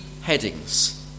headings